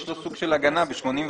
יש לו סוג של הגנה ב-81(ב).